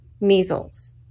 measles